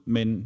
Men